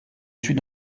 suis